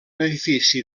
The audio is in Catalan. edifici